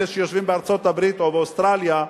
אלה שיושבים בארצות-הברית או באוסטרליה,